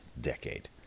decade